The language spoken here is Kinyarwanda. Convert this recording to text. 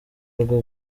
rwo